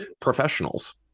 professionals